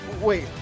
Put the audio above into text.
Wait